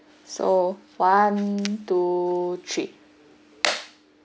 so one two three